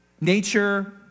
Nature